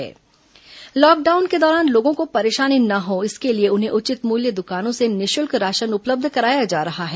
केन्द्र PDS lockdown के दौरान लोगों को परेशानी न हो इसके लिए उन्हें उचित मूल्य दुकानों से निःशुल्क राशन उपलब्ध कराया जा रहा है